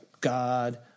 God